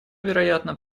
вероятно